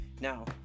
Now